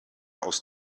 aus